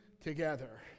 together